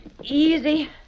Easy